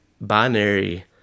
binary